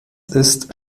ist